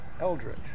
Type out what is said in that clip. Eldridge